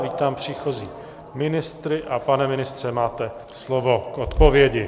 Vítám příchozí ministry, a pane ministře, máte slovo k odpovědi.